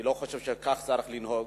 אני לא חושב שכך צריך לנהוג.